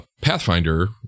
Pathfinder